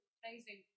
amazing